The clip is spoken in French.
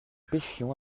pêchions